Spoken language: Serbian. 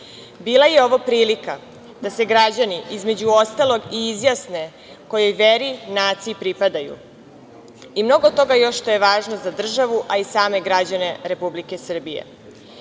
Bila je ovo prilika da se građani, između ostalog, i izjasne kojoj veri i naciji pripadaju i mnogo toga još što je važno za državu, a i same građane Republike Srbije. Po